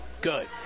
Good